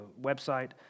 website